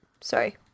Sorry